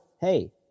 Hey